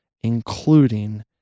including